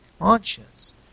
conscience